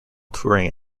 touring